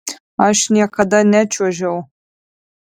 aš niekada nečiuožiau